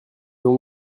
ont